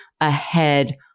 ahead